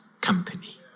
company